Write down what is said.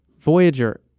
Voyager